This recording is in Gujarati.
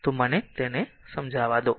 તો મને તેને સમજાવા દો